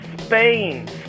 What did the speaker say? Spain